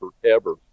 forever